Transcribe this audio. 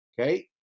Okay